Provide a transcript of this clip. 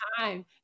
time